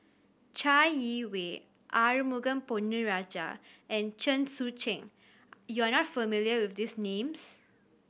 Chai Yee Wei Arumugam Ponnu Rajah and Chen Sucheng you are not familiar with these names